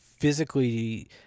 physically